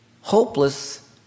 hopeless